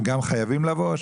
הם גם חייבים לבוא?